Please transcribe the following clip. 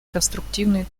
конструктивный